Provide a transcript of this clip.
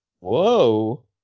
Whoa